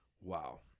Wow